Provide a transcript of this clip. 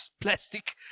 plastic